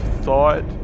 thought